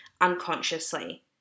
unconsciously